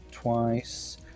twice